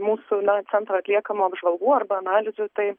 mūsų na centro atliekamų apžvalgų arba analizių tai